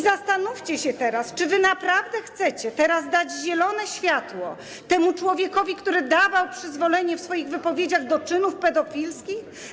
i zastanówcie się teraz, czy wy naprawdę chcecie teraz dać zielone światło temu człowiekowi, który dawał przyzwolenie w swoich wypowiedziach na czyny pedofilskie.